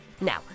Now